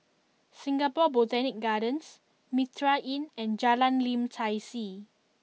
Singapore Botanic Gardens Mitraa Inn and Jalan Lim Tai See